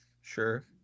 Sure